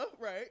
Right